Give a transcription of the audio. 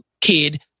kid